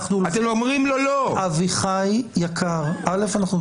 אביחי, האזנו לך.